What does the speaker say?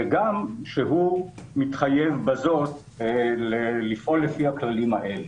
וגם שהוא מתחייב בזאת לפעול לפי הכללים האלה.